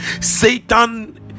Satan